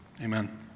Amen